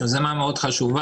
זאת יוזמה מאוד חשובה.